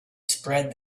spread